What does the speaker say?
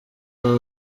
aba